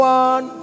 one